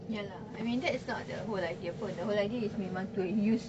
ya lah I mean that is not the whole idea pun the whole idea is we want to use